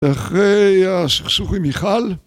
אחרי הסכסוך עם מיכל